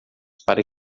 para